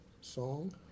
song